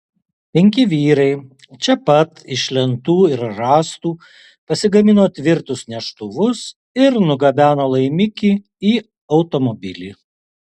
penki vyrai čia pat iš lentų ir rąstų pasigamino tvirtus neštuvus ir nugabeno laimikį į automobilį